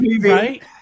right